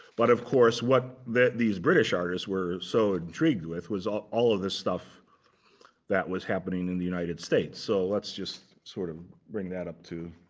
but of course, what these british artists were so intrigued with was all all of the stuff that was happening in the united states. so let's just sort of bring that up to